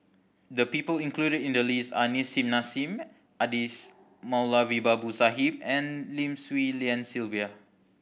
the people included in the list are Nissim Nassim Adis Moulavi Babu Sahib and Lim Swee Lian Sylvia